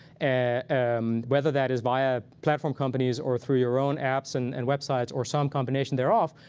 and whether that is via platform companies or through your own apps and and websites, or some combination thereof,